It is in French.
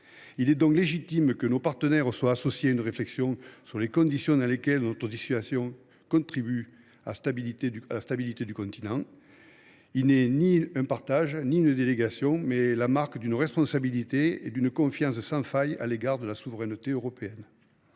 Il est donc légitime que nos partenaires soient associés à une réflexion sur les conditions dans lesquelles notre dissuasion contribue à la stabilité du continent. Cette réflexion commune n’équivaut ni à un partage ni à une délégation ; elle constitue la marque d’une responsabilité et d’une confiance sans faille à l’égard de la souveraineté européenne.